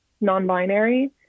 non-binary